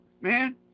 man